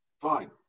Fine